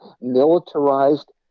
militarized